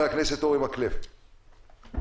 חבר הכנסת אורי מקלב, בבקשה.